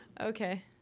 Okay